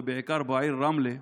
ובעיקר בעיר רמלה,